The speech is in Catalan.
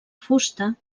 fusta